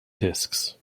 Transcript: discs